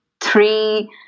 three